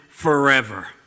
forever